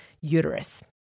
uterus